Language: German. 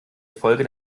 erfolge